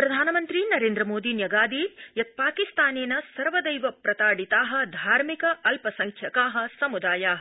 प्रधानमन्त्री नरेन्द्रमोदी न्यगादीद यत् पाकिस्तानेन सर्वदैव प्रताड़िता धार्मिक अल्पसंख्यका सम्दाया